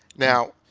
now,